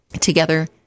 together